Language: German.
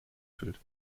füllt